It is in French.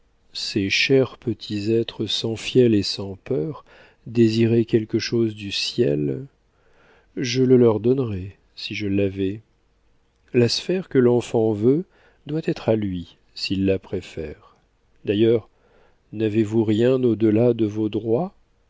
ces chers petits êtres sans fiel et sans peur désirer quelque chose du ciel je le leur donnerais si je l'avais la sphère que l'enfant veut doit être à lui s'il la préfère d'ailleurs n'avez-vous rien au delà de vos droits